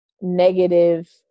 negative